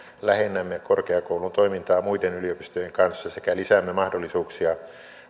lähennämme korkeakoulun toimintaa muiden yliopistojen kanssa sekä lisäämme mahdollisuuksia